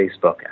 Facebook